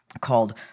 called